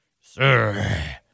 Sir